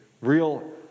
real